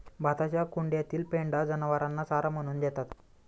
भाताच्या कुंड्यातील पेंढा जनावरांना चारा म्हणून देतात